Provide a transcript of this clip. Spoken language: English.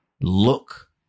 look